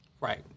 right